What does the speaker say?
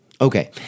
Okay